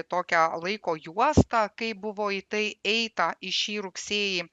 tokią laiko juostą kaip buvo į tai eita į šį rugsėjį